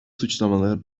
suçlamaları